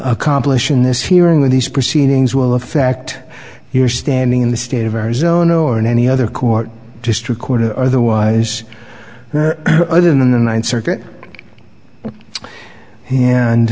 accomplish in this hearing these proceedings will affect your standing in the state of arizona or in any other court just record or otherwise other than in the ninth circuit and